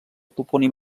topònim